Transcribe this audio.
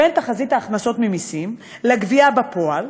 הרי, בין תחזית ההכנסות ממסים לגבייה בפועל,